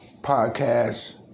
Podcast